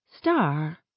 Star